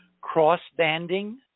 cross-banding